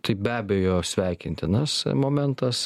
tai be abejo sveikintinas momentas